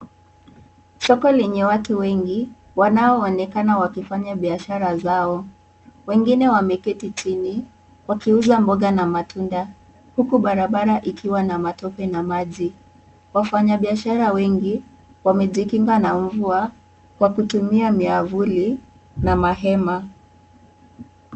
Soko lenye watu wengi wanaoonekana wakifanya biashara zao, wengine wameketi chini wakiuza mboga na matunda huku barabara ikiwa na matope na maji. Wafanya biashara wengi wamejikinga na mvua kwa kutumia miavuli na mahema.